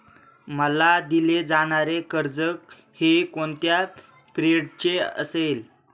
मला दिले जाणारे कर्ज हे कोणत्या पिरियडचे असेल?